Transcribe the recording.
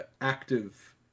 active